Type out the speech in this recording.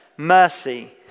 mercy